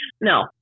No